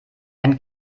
wenn